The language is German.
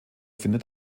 findet